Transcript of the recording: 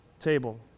table